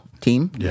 team